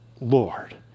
Lord